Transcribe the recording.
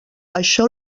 això